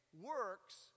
works